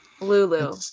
Lulu